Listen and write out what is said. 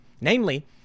Namely